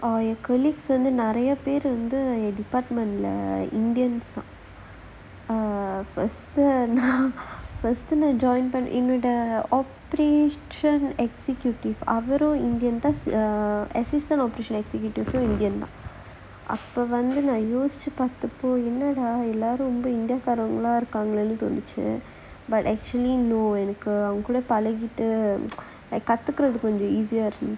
err என்:en colleagues வந்து நிறையா பேரு வந்து:vanthu niraiyaa peru vanthu indian என்னோட அவரும்:enooda avarum indian தான்:thaan assistant indian தான் அப்ப வந்து நான் யோசிச்சு பாத்தப்போ என்னடா எல்லாரும் ரொம்ப இந்தியா காரங்களா இருக்காங்கன்னு தோனுச்சு:thaan appe vanthu naan yosichu paathappo ennadaa ellaarum romba india kaarangala irukkaangannu thonuchu actually know எனக்கு அவங்க கூட பழகிட்டு கத்துக்க கொஞ்சம்:enakku avanga kooda palagittu kathukka konjam easier to reach